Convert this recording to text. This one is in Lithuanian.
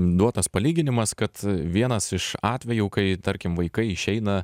duotas palyginimas kad vienas iš atvejų kai tarkim vaikai išeina